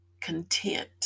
content